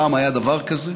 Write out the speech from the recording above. פעם היה דבר כזה,